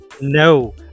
no